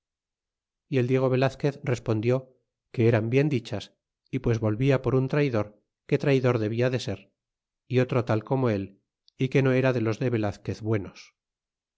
y el diego velazquez respondió que eran bien dichas y pues volvia por un traydor que traydor debia de ser y otro tal como él y que no era de los velazquez buenos